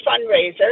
fundraiser